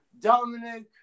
Dominic